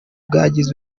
bwagize